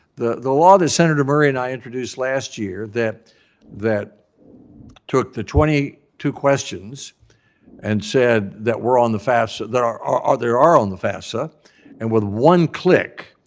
the the law that senator murray and i introduced last year, that that took the twenty two questions and said, that were on the fafsa, that are are on the fafsa and with one click,